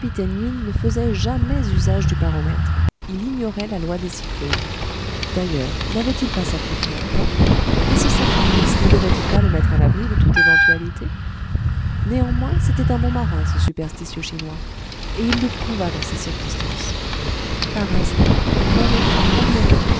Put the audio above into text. ne faisait jamais usage du baromètre il ignorait la loi des cyclones d'ailleurs n'avait-il pas sacrifié un coq et ce sacrifice ne devait-il pas le mettre à l'abri de toute éventualité néanmoins c'était un bon marin ce superstitieux chinois et il le prouva dans ces circonstances par instinct il manoeuvra comme l'aurait pu